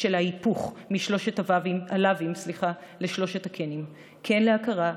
של ההיפוך משלושת הלאווים לשלושת ה"כנים": כן להכרה,